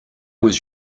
was